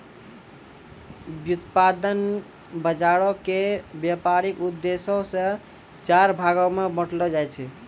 व्युत्पादन बजारो के व्यपारिक उद्देश्यो से चार भागो मे बांटलो जाय छै